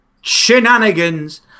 shenanigans